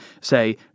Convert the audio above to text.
say